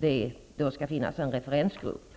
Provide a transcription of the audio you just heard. det skall finnas en referensgrupp.